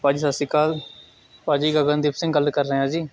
ਭਾਅ ਜੀ ਸਤਿ ਸ਼੍ਰੀ ਅਕਾਲ ਭਾਅ ਜੀ ਗਗਨਦੀਪ ਸਿੰਘ ਗੱਲ ਕਰ ਰਿਹਾਂ ਜੀ